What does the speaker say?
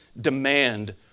demand